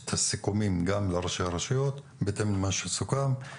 את הסיכומים גם לראשי הרשויות בהתאם למה שסוכם.